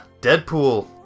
Deadpool